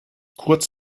kurz